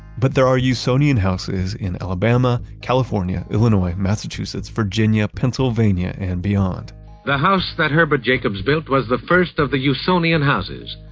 but there are usonian houses in alabama, california, illinois, massachusetts, virginia, pennsylvania, and beyond the house that herbert jacobs built was the first of the usonian houses.